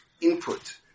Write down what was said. input